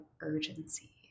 urgency